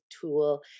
tool